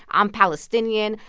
i'm palestinian.